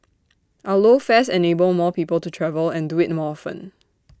our low fares enable more people to travel and do IT more often